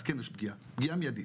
אז כן יש פגיעה, פגיעה מידית,